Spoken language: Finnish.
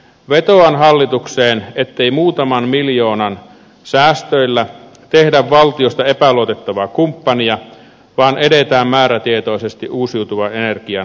vetoan hallitukseen ettei muutaman miljoonan säästöillä tehdä valtiosta epäluotettavaa kumppania vaan edetään määrätietoisesti uusiutuvan energian lisäämisen tiellä